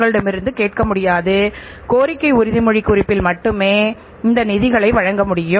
எனவே ஆரம்பத்தில் நாம் கையில் ஒரு பணத்தை வைத்திருந்தோம் பணத்தை மூலப்பொருளாக மாற்றினோம்